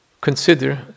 consider